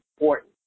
important